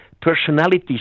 personalities